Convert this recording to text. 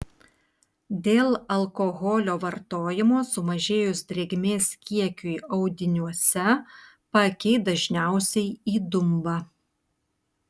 dėl alkoholio vartojimo sumažėjus drėgmės kiekiui audiniuose paakiai dažniausiai įdumba